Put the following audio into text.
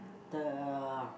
the